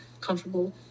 comfortable